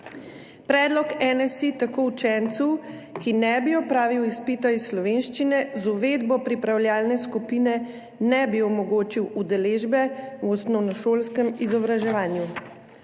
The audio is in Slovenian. Predlog NSi tako učencu, ki ne bi opravil izpita iz slovenščine, z uvedbo pripravljalne skupine ne bi omogočil udeležbe v osnovnošolskem izobraževanju